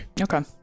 Okay